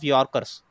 Yorkers